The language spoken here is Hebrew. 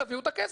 תביאו את הכסף.